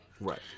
Right